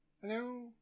Hello